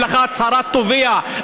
אין לך הצהרת תובע,